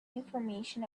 information